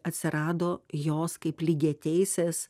atsirado jos kaip lygiateisės